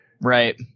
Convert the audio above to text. Right